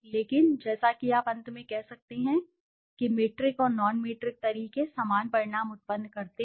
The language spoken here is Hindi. लेकिन जैसा कि आप अंत में कह सकते हैं कि मीट्रिकऔर नॉन मीट्रिक तरीके समान परिणाम उत्पन्न करते हैं